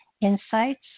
insights